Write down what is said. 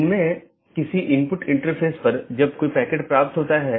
इसका मतलब है कि कौन से पोर्ट और या नेटवर्क का कौन सा डोमेन आप इस्तेमाल कर सकते हैं